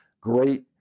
great